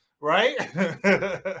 Right